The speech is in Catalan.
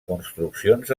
construccions